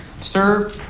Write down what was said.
Sir